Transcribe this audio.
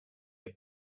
your